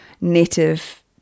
native